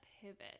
pivot